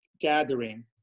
gathering